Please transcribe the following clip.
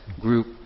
group